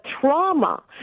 trauma